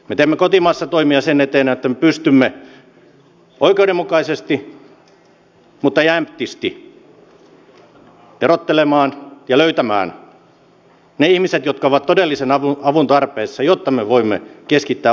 me teemme kotimaassa toimia sen eteen että me pystymme oikeudenmukaisesti mutta jämptisti erottelemaan ja löytämään ne ihmiset jotka ovat todellisen avun tarpeessa jotta me voimme keskittää voimavaramme heidän auttamiseensa